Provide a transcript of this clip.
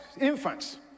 Infants